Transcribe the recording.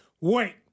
wait